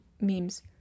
memes